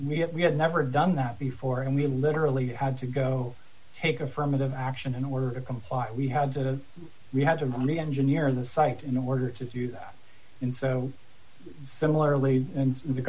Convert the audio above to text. we have we have never done that before and we literally had to go take affirmative action in order to comply we had to we had to reengineer the site in order to do that in so similarly and